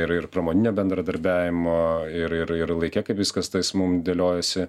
ir ir pramoninio bendradarbiavimo ir ir ir laike kaip viskas tais mum dėliojasi